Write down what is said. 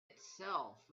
itself